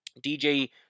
DJ